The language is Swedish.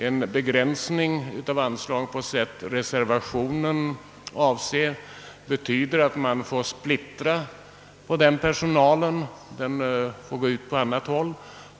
En begränsning av anslaget på sätt reservationen avser betyder att personalen skingras och går åt andra håll.